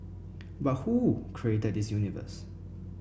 but who created this universe